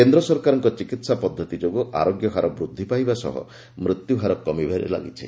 କେନ୍ଦ୍ର ସରକାରଙ୍କ ଚିକିତ୍ସା ପଦ୍ଧତି ଯୋଗୁଁ ଆରୋଗ୍ୟ ହାର ବୃଦ୍ଧି ପାଇବା ସହ ମୃତ୍ୟୁହାର କମିବାରେ ଲାଗିଛି